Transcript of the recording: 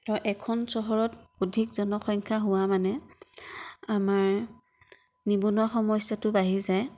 ধৰক এখন চহৰত অধিক জনসংখ্য়া হোৱা মানে আমাৰ নিৱনুৱা সমস্যাটো বাঢ়ি যায়